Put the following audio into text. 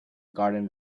garden